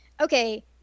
okay